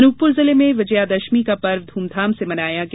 अनूपपुर जिले में विजयादशमी का पर्व ध्रमधाम से मनाया गया